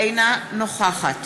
אינה נוכחת